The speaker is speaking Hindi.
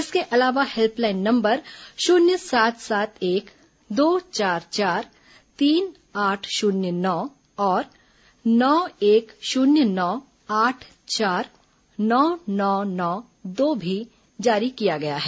इसके अलावा हेल्पलाइन नंबर शून्य सात सात एक दो चार चार तीन आठ शून्य नौ और नौ एक शून्य नौ आठ चार नौ नौ नौ दो भी जारी किया गया है